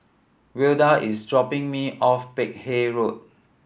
Wilda is dropping me off Peck Hay Road